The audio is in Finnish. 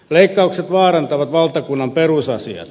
leikkaukset vaarantavat valtakunnan perusasiat